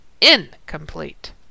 incomplete